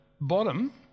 bottom